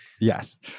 Yes